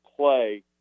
Play